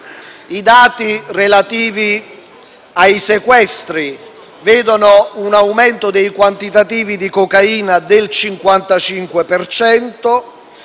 I dati relativi ai sequestri vedono un aumento dei quantitativi di cocaina del 55